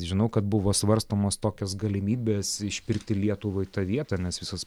žinau kad buvo svarstomos tokios galimybės išpirkti lietuvai tą vietą nes visos